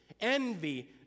envy